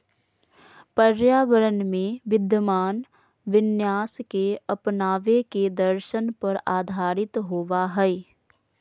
पर्यावरण में विद्यमान विन्यास के अपनावे के दर्शन पर आधारित होबा हइ